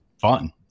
fun